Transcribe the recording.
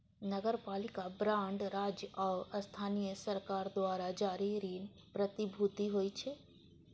नगरपालिका बांड राज्य आ स्थानीय सरकार द्वारा जारी ऋण प्रतिभूति होइ छै